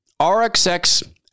RXX